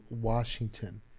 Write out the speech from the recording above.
Washington